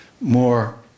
more